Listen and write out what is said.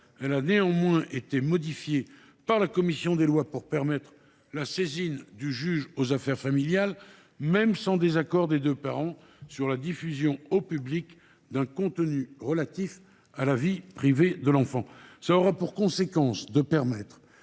elle a été modifiée par la commission des lois pour permettre la saisine du juge aux affaires familiales même sans désaccord des deux parents sur la diffusion au public d’un contenu relatif à la vie privée de l’enfant. Cela aura pour conséquence de permettre